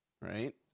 right